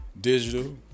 digital